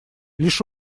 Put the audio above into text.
лишь